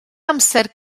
amser